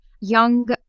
young